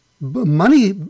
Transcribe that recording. money